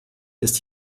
ist